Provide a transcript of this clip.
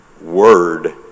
word